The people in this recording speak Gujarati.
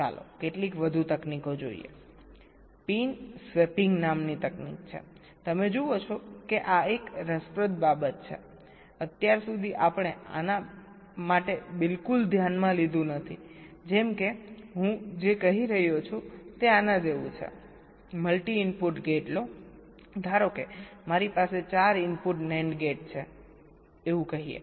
ચાલો કેટલીક વધુ તકનીકો જોઈએપિન સ્વેપિંગ નામની તકનીક છે તમે જુઓ છો કે આ એક રસપ્રદ બાબત છે અત્યાર સુધી આપણે આને બિલકુલ ધ્યાનમાં લીધું નથી જેમ કે હું જે કહી રહ્યો છું તે આના જેવું છે મલ્ટી ઇનપુટ ગેટ લો ધારો કે મારી પાસે 4 ઇનપુટ NAND ગેટ છે એવું કહીએ